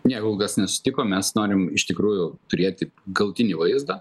ne kol kas nesutikom mes norim iš tikrųjų turėti galutinį vaizdą